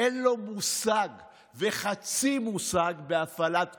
אין לו מושג וחצי מושג בהפעלת כוח.